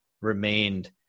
remained